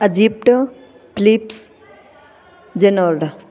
Egypt Philippines Jeddah